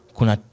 Kuna